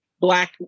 black